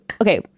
Okay